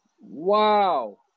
Wow